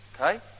Okay